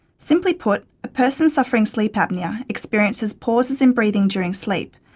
simply put, a person suffering sleep apnoea experiences pauses in breathing during sleep,